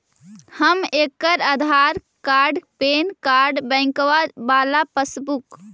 हम लेकर Aadhaar card PAN card बैंकवा वाला पासबुक?